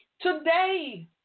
today